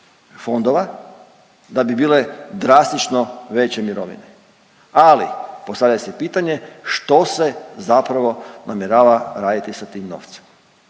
fondova da bi bile drastično veće mirovine, ali postavlja se pitanje što se zapravo namjerava raditi sa tim novcem.